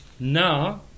Now